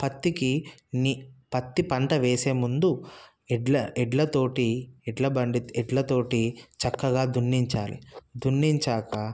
పత్తికి ని పత్తి పంట వేసే ముందు ఎడ్లు ఎడ్లతోటి ఎడ్లబండి ఎడ్లతోటి చక్కగా దున్నించాలి దున్నించాక